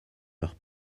leur